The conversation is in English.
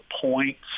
points